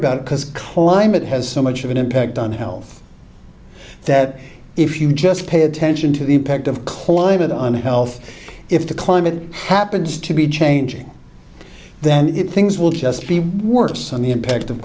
because climate has so much of an impact on health that if you just pay attention to the impact of climate on health if the climate happens to be changing then things will just be worse on the impact of